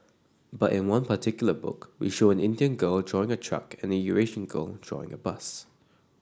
but in one particular book we show an Indian girl drawing a truck and Eurasian girl drawing a bus